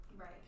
Right